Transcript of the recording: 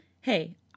Hey